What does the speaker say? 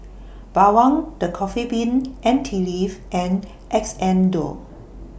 Bawang The Coffee Bean and Tea Leaf and Xndo